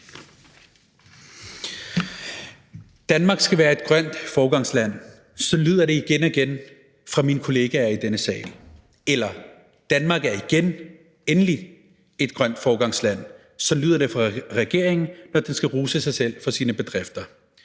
Danmark skal være et grønt foregangsland, sådan lyder det igen og igen fra mine kollegaer i denne sal, eller Danmark er igen endelig et grønt foregangsland, sådan lyder det fra regeringen, når den skal rose sig selv for sine bedrifter.